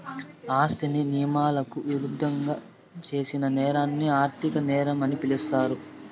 ఆస్తిని నియమాలకు ఇరుద్దంగా చేసిన నేరాన్ని ఆర్థిక నేరం అని పిలుస్తారు